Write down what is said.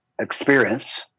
experience